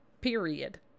period